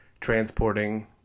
transporting